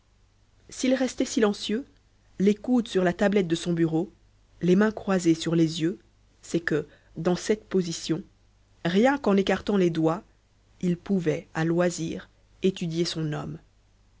s'il restait silencieux les coudes sur la tablette de son bureau les mains croisées sur les yeux c'est que dans cette position rien qu'en écartant les doigts il pouvait à loisir étudier son homme